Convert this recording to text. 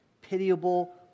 pitiable